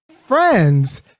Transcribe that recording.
friends